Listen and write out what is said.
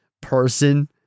person